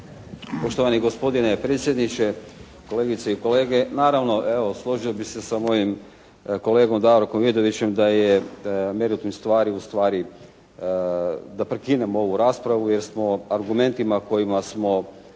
Poštovanje gospodine predsjedniče, kolegice i kolege. Naravno, evo složio bih se sa mojim kolegom Davorkom Vidovićem da je meritum stvari ustvari da prekinemo ovu raspravu jer smo argumentima kojima smo